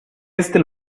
este